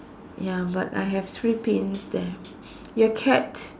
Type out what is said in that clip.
ya but I have three pins there your cat